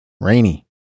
rainy